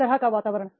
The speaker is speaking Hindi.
किस तरह का वातावरण